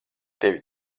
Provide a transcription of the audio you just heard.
tevi